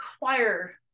require